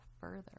further